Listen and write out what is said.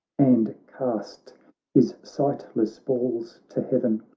and cast his sightless balls to heaven,